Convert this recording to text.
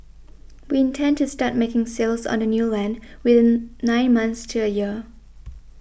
we intend to start making sales on the new land within nine months to a year